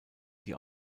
die